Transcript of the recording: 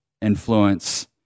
influence